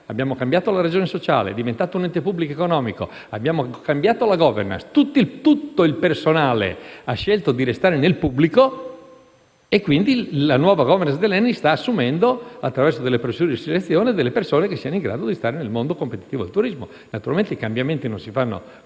abbiamo cambiato la ragione sociale, è diventato un ente pubblico economico, ne abbiamo modificato la *governance*, tutto il personale ha scelto di restare nel settore pubblico, quindi la nuova *governance* dell'ENIT sta assumendo attraverso delle procedure di selezione delle persone che siano in grado di stare nel mondo competitivo del turismo. Naturalmente i cambiamenti non si fanno